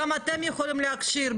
גם אתם יכולים להכשיר,